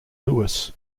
louis